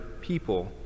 people